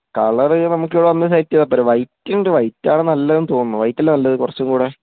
colour നമ്മള്ക്കുവന്നു സെലക്റ്റെയ്താപ്പോരെ വൈറ്റുണ്ട് വൈറ്റാണ് നല്ലതെന്നു തോന്നുന്നു വൈറ്റല്ലേ നല്ലത് കുറച്ചുംകൂടെ